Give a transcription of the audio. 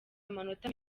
amanota